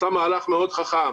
הוא עשה מהלך מאוד חכם.